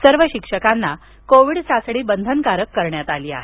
सर्व शिक्षकांना कोविड चाचणी बंधनकारक करण्यात आली आहे